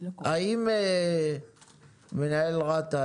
מנהל רת"א,